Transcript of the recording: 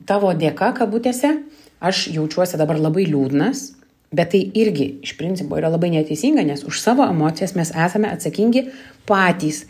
tavo dėka kabutėse aš jaučiuosi dabar labai liūdnas bet tai irgi iš principo yra labai neteisinga nes už savo emocijas mes esame atsakingi patys